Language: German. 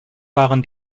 waren